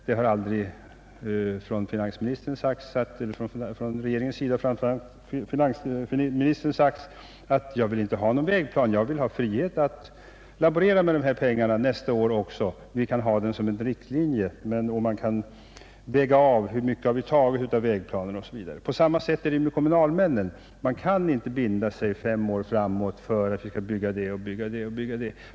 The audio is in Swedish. Det har då alltid från regeringens, framför allt finansministerns, sida sagts: »Vi vill inte ha någon vägplan. Vi vill ha frihet att även nästa år laborera med de här pengarna; Vägplanen får bara utgöra en riktlinje. Vi kan ha den för att år från år avläsa hur mycket vi tagit av vägplanen.” På samma sätt är det med kommunalmännen. Man kan inte binda sig fem år framåt och säga att vi skall bygga det eller det.